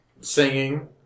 singing